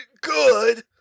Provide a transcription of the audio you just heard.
good